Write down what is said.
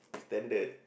standard